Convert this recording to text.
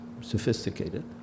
sophisticated